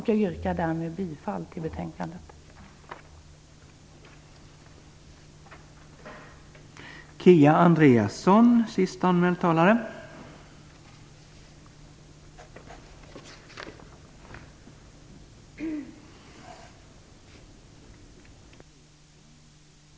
Jag yrkar därmed bifall till utskottets hemställan.